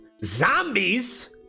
zombies